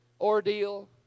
ordeal